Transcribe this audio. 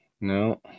No